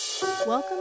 Welcome